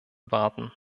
warten